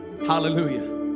Hallelujah